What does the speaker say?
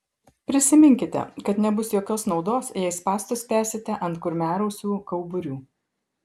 prisiminkite kad nebus jokios naudos jei spąstus spęsite ant kurmiarausių kauburių